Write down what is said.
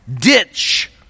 ditch